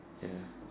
ya